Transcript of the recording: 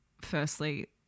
firstly